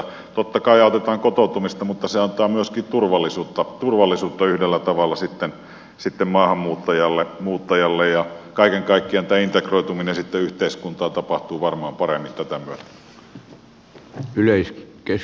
totta kai autetaan kotoutumista mutta se antaa myöskin turvallisuutta yhdellä tavalla maahanmuuttajalle ja kaiken kaikkiaan tämä integroituminen yhteiskuntaan tapahtuu sitten varmaan paremmin tätä myöten